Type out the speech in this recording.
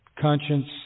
conscience